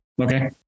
Okay